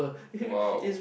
!wow!